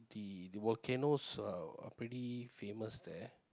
the the volcanoes are are pretty famous there